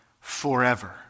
forever